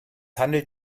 handelt